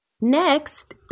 Next